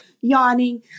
yawning